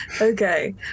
Okay